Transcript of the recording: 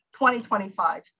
2025